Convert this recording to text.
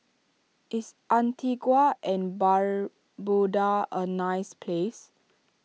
is Antigua and Barbuda a nice place